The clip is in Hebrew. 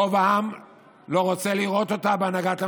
רוב העם לא רוצה לראות אותה בהנהגת המדינה.